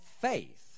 faith